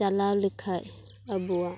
ᱪᱟᱞᱟᱣ ᱞᱮᱠᱷᱟᱡ ᱟᱵᱚᱣᱟᱜ